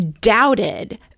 doubted